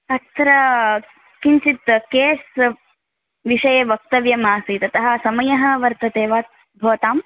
अत्र किञ्चित् केस् विषये वक्तव्यम् आसीत् अतः समयः वर्तते वा भवताम्